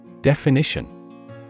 Definition